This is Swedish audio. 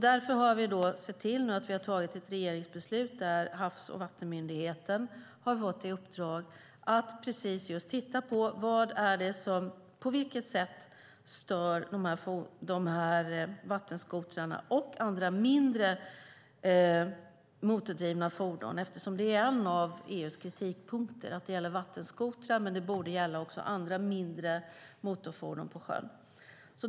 Därför har vi fattat ett regeringsbeslut om att ge Havs och vattenmyndigheten i uppdrag att titta på hur vattenskotrar och andra mindre motordrivna fordon stör. En av EU:s kritikpunkter är att förordningen bara gäller vattenskotrar men borde gälla också andra mindre motorfordon på sjön.